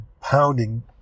pounding